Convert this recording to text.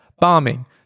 bombing